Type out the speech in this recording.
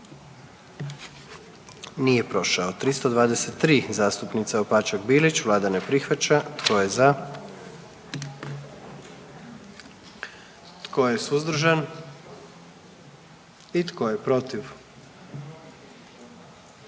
44. Kluba zastupnika SDP-a, vlada ne prihvaća. Tko je za? Tko je suzdržan? Tko je protiv?